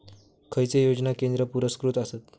खैचे योजना केंद्र पुरस्कृत आसत?